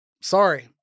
sorry